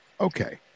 okay